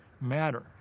matter